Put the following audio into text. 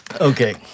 Okay